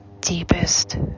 deepest